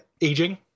aging